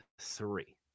three